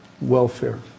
welfare